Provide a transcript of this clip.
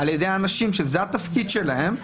על ידי אנשים שזה התפקיד שלהם,